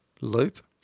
loop